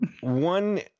One